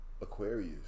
Aquarius